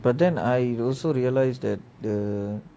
but then I also realised that the